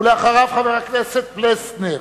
אחריו, חבר הכנסת פלסנר.